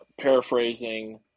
paraphrasing